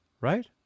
right